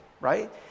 Right